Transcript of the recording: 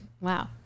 Wow